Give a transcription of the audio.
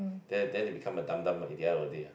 then then they become a dumb dumb like the end of the day ah